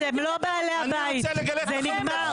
אני רוצה לגלות לכם את הצביעות.